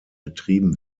betrieben